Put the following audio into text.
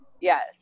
Yes